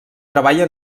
treballa